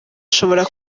ashobora